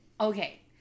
Okay